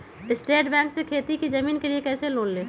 State Bank से खेती की जमीन के लिए कैसे लोन ले?